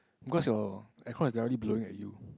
because your air con is directly blowing at you